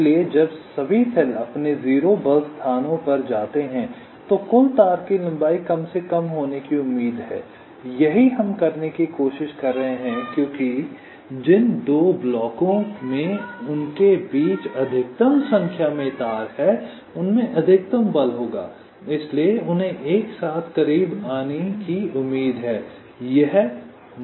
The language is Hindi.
इसलिए जब सभी सेल अपने 0 बल स्थानों पर जाते हैं तो कुल तार की लंबाई कम से कम होने की उम्मीद है यही हम करने की कोशिश कर रहे हैं क्योंकि जिन दो ब्लॉकों में उनके बीच अधिकतम संख्या में तार हैं उनमें अधिकतम बल होगा इसलिए उन्हें एक साथ करीब आने की उम्मीद है यह मूल विचार है